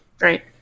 Right